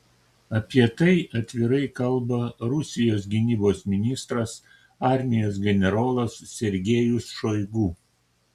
apie tai atvirai kalba rusijos gynybos ministras armijos generolas sergejus šoigu